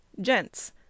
Gents